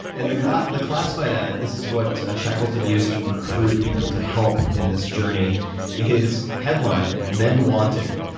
and the but the classified ad, this is what shackleton used to recruit people to help in this journey is headlined men wanted.